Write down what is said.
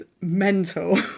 mental